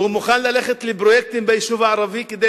שהוא מוכן ללכת לפרויקטים ביישוב הערבי כדי